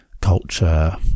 culture